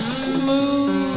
smooth